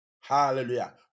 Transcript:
Hallelujah